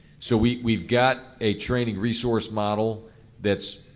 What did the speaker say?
so we've we've got a training resource model that's,